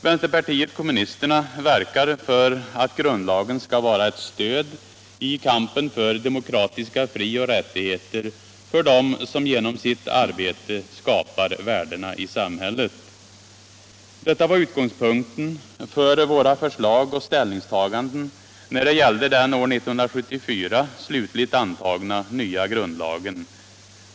Vänsterpartiet kommunisterna verkar för att grundlagen skall vara ett stöd i kampen för demokratiska frioch rättigheter för dem som genom sitt arbete skapar värdena i samhället. Detta var utgångspunkten för våra förslag och ställningstaganden när det gällde den år 1974 slutgiltigt antagna nya grundlagen.